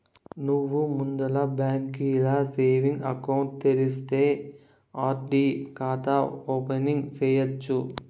నువ్వు ముందల బాంకీల సేవింగ్స్ ఎకౌంటు తెరిస్తే ఆర్.డి కాతా ఓపెనింగ్ సేయచ్చు